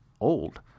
old